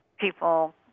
people